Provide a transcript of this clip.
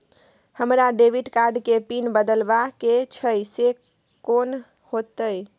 हमरा debit card के pin बदलवा के छै से कोन होतै?